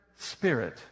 spirit